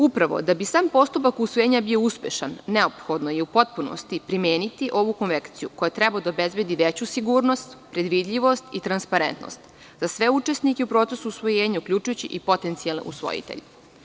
Upravo, da bi sam postupak usvojenja bio uspešan, neophodno je u potpunosti primeniti ovu konvenciju, koja treba da obezbedi veću sigurnost, predvidljivost i transparentnost za sve učesnike u procesu usvojenja, uključujući i potencijalne usvojitelje.